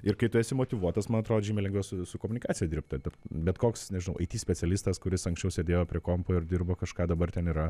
ir kai tu esi motyvuotas man atrodo žymiai lengviau su su komunikacija dirbt bet bet koks nežinau aity specialistas kuris anksčiau sėdėjo prie kompo ir dirbo kažką dabar ten yra